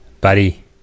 buddy